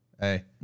Hey